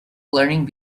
learning